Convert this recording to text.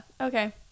okay